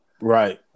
right